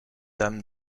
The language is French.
dame